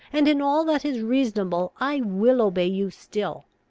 and, in all that is reasonable, i will obey you still.